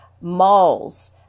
malls